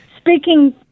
Speaking